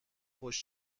خوش